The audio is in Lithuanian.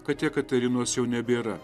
kad jekaterinos jau nebėra